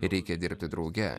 reikia dirbti drauge